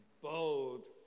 bold